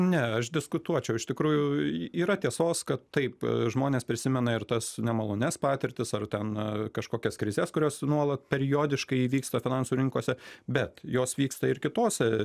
ne aš diskutuočiau iš tikrųjų yra tiesos kad taip žmonės prisimena ir tas nemalonias patirtis ar na kažkokias krizes kurios nuolat periodiškai įvyksta finansų rinkose bet jos vyksta ir kitose